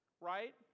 right